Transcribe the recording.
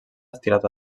estirat